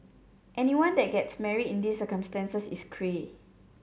anyone that gets married in these circumstances is cray